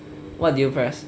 what did you press